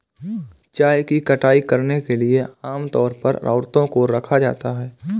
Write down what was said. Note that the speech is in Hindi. चाय की कटाई करने के लिए आम तौर पर औरतों को रखा जाता है